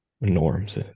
norms